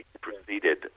Preceded